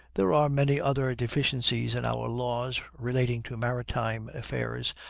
there are many other deficiencies in our laws relating to maritime affairs,